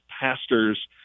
pastors